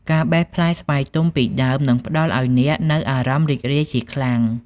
ការបេះផ្លែស្វាយទុំពីដើមនឹងផ្តល់ឱ្យអ្នកនូវអារម្មណ៍រីករាយជាខ្លាំង។